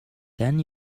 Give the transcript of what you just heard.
then